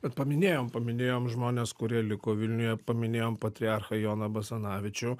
bet paminėjom paminėjom žmones kurie liko vilniuje paminėjom patriarchą joną basanavičių